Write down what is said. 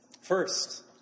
First